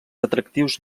atractius